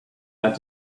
had